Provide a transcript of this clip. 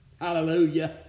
Hallelujah